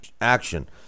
action